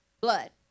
blood